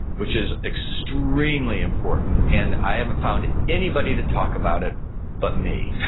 which is extremely important, and i haven't found anybody to talk about it but me,